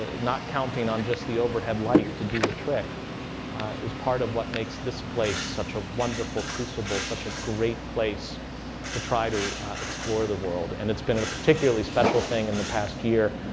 ah not counting on just the overhead light to do the trick is part of what makes this place such a wonderful crucible. such a great place to try to explore the world. and it's been a particularly special thing in the past year,